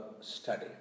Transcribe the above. study